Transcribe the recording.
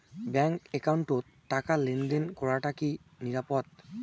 Bank একাউন্টত টাকা লেনদেন করাটা কি নিরাপদ?